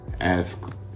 Ask